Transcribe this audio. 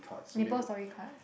Maple Story card